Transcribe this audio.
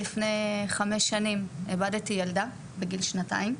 לפני חמש שנים איבדתי ילדה בגיל שנתיים.